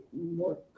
more